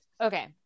Okay